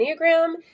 Enneagram